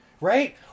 right